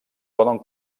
poden